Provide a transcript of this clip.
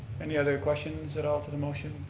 any other questions at all to the motion?